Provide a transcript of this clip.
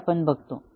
हे आपण बघतो